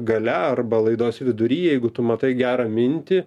gale arba laidos vidury jeigu tu matai gerą mintį